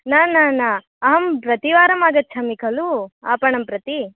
न न न अहं प्रतिवारमागच्छामि खलु आपणं प्रति